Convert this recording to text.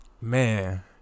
Man